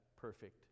perfect